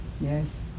yes